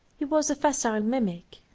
he was a facile mimic,